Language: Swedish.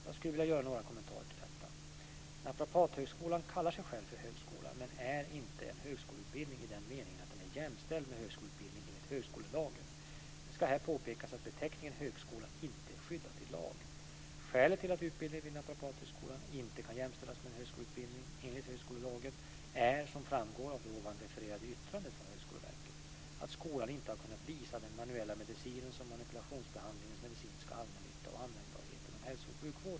Jag skulle vilja göra några kommentarer till detta. Naprapathögskolan kallar sig själva för högskola men är inte en högskoleutbildning i den meningen att den är jämställd med högskoleutbildning enligt högskolelagen. Det ska här påpekas att beteckningen högskola inte är skyddad i lag. Skälet till att utbildningen vid Naprapathögskolan inte kan jämställas med en högskoleutbildning enligt högskolelagen är, som framgår av det ovan refererade yttrandet från Högskoleverket, att skolan inte har kunnat visa den manuella medicinens och manipulationsbehandlingens medicinska allmännytta och användbarhet inom hälso och sjukvården.